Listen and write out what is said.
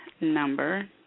number